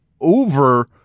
over